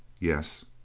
yes.